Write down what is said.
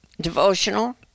devotional